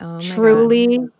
Truly